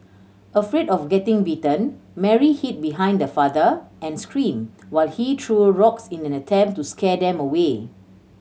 afraid of getting bitten Mary hid behind her father and screamed while he threw rocks in an attempt to scare them away